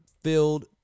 filled